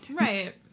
Right